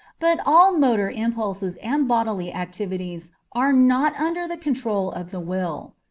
but all motor impulses and bodily activities are not under the control of the will.